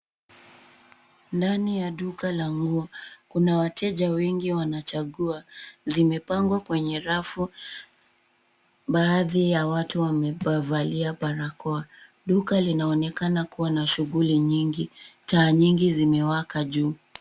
Ndani ya duka la nguo. Kuna wateja wengi wanachagua. Zimepangwa kwenye rafu. Baadhi ya watu wamevalia barakoa. Duka linaonekana kuwa na shughuli nyingi. Taa nyingi zimewaka juu.